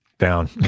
down